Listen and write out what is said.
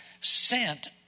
sent